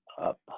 up